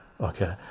okay